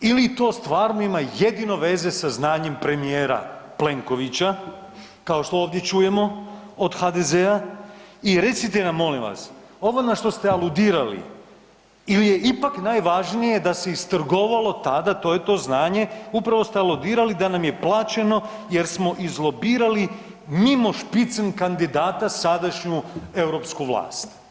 Ili to stvarno ima jedino veze sa znanjem premijera Plenkovića, kao što ovdje čujemo od HDZ-a i recite nam molim vas, ovo na što ste aludirali ili je ipak najvažnije da se istrgovalo tada, to je to znanje, upravo ste aludirali da nam je plaćeno jer smo izlobirali mimo špicen kandidata sadašnju europsku vlast?